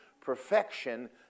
perfection